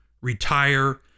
retire